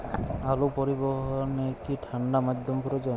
আলু পরিবহনে কি ঠাণ্ডা মাধ্যম প্রয়োজন?